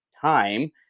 time